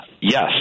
yes